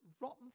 rotten